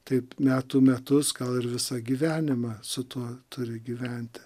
taip metų metus gal ir visą gyvenimą su tuo turi gyventi